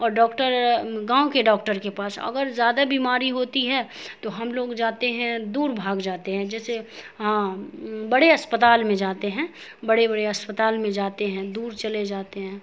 اور ڈاکٹر گاؤں کے ڈاکٹر کے پاس اگر زیادہ بیماری ہوتی ہے تو ہم لوگ جاتے ہیں دور بھاگ جاتے جیسے بڑے اسپتال میں جاتے ہیں بڑے بڑے اسپتال میں جاتے ہیں دور چلے جاتے ہیں